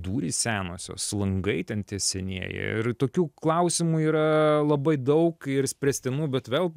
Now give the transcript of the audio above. durys senosios langai ten tie senieji ir tokių klausimų yra labai daug ir spręstinų bet vėl